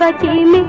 like game